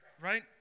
Right